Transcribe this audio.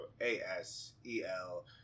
A-S-E-L